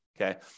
Okay